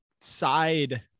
side